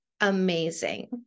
amazing